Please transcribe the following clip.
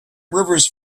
rivers